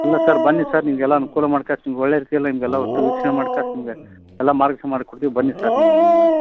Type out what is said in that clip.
ಇಲ್ಲ ಸರ್ ಬನ್ನಿ ಸರ್ ನಿಮಗೆಲ್ಲ ಅನುಕೂಲ ಮಾಡಿ ಕಳಿಸ್ತೀನಿ ಒಳ್ಳೇ ರೀತಿಯಲ್ಲಿ ಹಿಂಗೆಲ್ಲ ಒಟ್ಟು ವೀಕ್ಷಣೆ ಮಾಡ್ತ ಹಿಂಗೆ ಎಲ್ಲ ಮಾರ್ಗದರ್ಶನ ಮಾಡಿಕೊಡ್ತಿನಿ ಬನ್ನಿ ಸರ್ ನೀವು ನಮ್ಮ